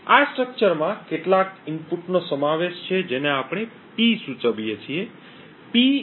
આ સ્ટ્રક્ચરમાં કેટલાક ઇનપુટનો સમાવેશ છે જેને આપણે P સૂચવીએ છીએ